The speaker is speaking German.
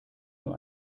nur